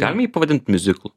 galima jį pavadint miuziklu